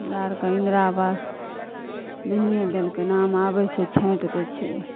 हमरा आरके इन्दरा आवास नहिएँ देलकै नाम आबै छै छाँटि दै छै